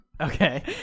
Okay